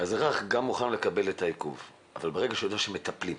אזרח מוכן לקבל עיכוב אבל זה ברגע שהוא יודע שמטפלים.